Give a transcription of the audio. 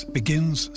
begins